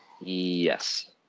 Yes